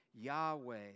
Yahweh